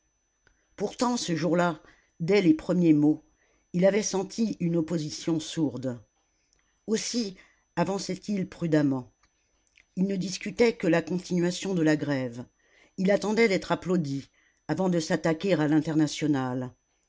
pourtant ce jour-là dès les premiers mots il avait senti une opposition sourde aussi avançait il prudemment il ne discutait que la continuation de la grève il attendait d'être applaudi avant de s'attaquer à l'internationale